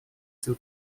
seu